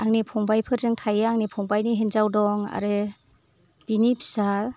आंनि फंबायफोरजों थायो आंनि फंबायनि हिन्जाव दङ आरो बिनि फिसा